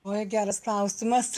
oi geras klausimas